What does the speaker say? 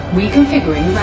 Reconfiguring